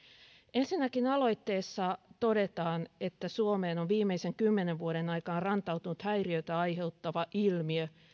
ensinnäkin aloitteessa todetaan että suomeen on viimeisen kymmenen vuoden aikana rantautunut häiriötä aiheuttava ilmiö